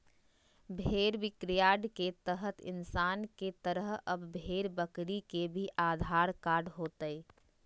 भेड़ बिक्रीयार्ड के तहत इंसान के तरह अब भेड़ बकरी के भी आधार कार्ड होतय